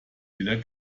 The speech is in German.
wieder